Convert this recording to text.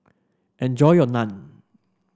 enjoy your Naan